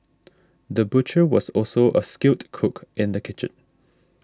the butcher was also a skilled cook in the kitchen